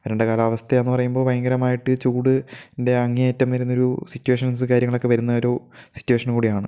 വരണ്ട കാലാവസ്ഥ എന്ന് പറയുമ്പോൾ ഭയങ്കരമായിട്ട് ചൂട് ൻ്റെ അങ്ങേയറ്റം വരുന്ന ഒരു സിറ്റുവേഷൻസ് കാര്യങ്ങളൊക്കെ വരുന്ന ഒരു സിറ്റുവേഷനും കൂടിയാണ്